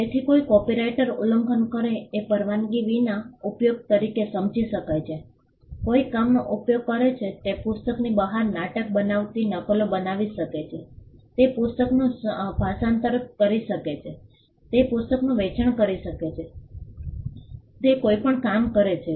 તેથી કોઈ કોપિરાઇટનું ઉલ્લંઘન કરે એ પરવાનગી વિના ઉપયોગ તરીકે સમજી શકાય છે કોઈક કામનો ઉપયોગ કરે છે તે પુસ્તકની બહાર નાટક બનાવતી નકલો બનાવી શકે છે તે પુસ્તકનું ભાષાંતર કરી શકે છે તે પુસ્તકનું વેચાણ કરી શકે છે તે કોઈપણ કામ છે